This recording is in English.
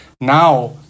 now